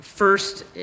First